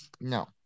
no